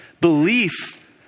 Belief